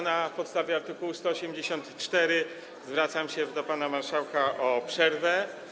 Na podstawie art. 184 zwracam się do pana marszałka o przerwę.